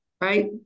right